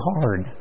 hard